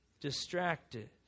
distracted